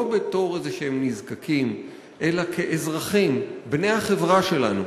בתור איזשהם נזקקים אלא כאזרחים בני החברה שלנו,